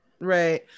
Right